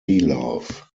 love